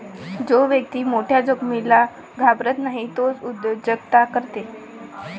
जो व्यक्ती मोठ्या जोखमींना घाबरत नाही तोच उद्योजकता करते